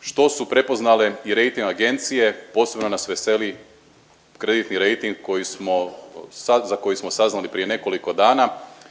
što su prepoznale i rejting agencije. Posebno nas veseli kreditni rejting koji smo, za koji smo saznali prije nekoliko dana,